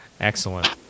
Excellent